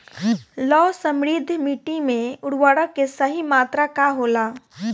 लौह समृद्ध मिट्टी में उर्वरक के सही मात्रा का होला?